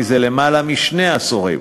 זה למעלה משני עשורים,